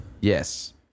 Yes